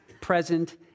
present